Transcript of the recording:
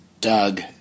Doug